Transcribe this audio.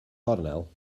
gornel